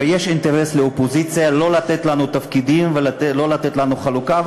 ויש אינטרס לאופוזיציה לא לתת לנו תפקידים ולא לתת לנו חלוקה,